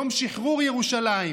יום שחרור ירושלים?